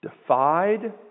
defied